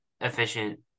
efficient